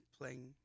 playing